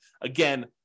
Again